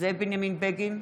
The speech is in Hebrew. זאב בנימין בגין,